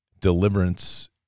Deliverance